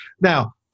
now